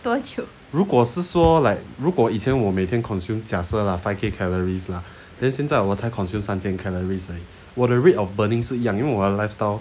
如果是说 like 如果以前我每天 consume 假设 lah five K calories lah then 现在我才 consume 三千 calories 我的 rate of burning 是一样因为我的:shiyi yang yin wei wo de lifestyle